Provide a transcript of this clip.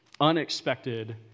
unexpected